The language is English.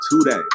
today